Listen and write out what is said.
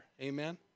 Amen